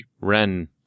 Ren